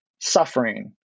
suffering